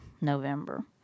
November